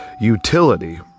utility